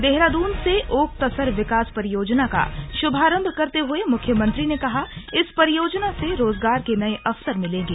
देहरादून से ओक तसरे विकास परियोजना का शुभारम्भ करते हुए मुख्यमंत्री ने कहा इस परियोजना से रोजगार के नये अवसर मिलेंगे